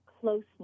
closeness